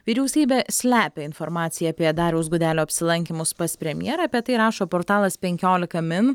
vyriausybė slepia informaciją apie dariaus gudelio apsilankymus pas premjerą apie tai rašo portalas penkiolika min